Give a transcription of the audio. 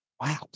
Wow